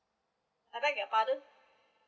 I beg your pardon